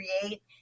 create